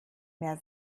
mehr